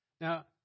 Now